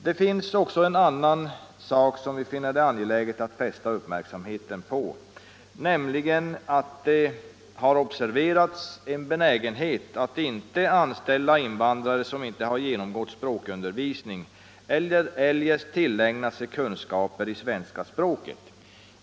Det finns en annan sak som vi finner det angeläget att fästa uppmärksamheten på, nämligen att det förekommer en benägenhet att inte anställa invandrare som inte genomgått språkundervisning eller eljest tillägnat sig kunskaper i svenska språket.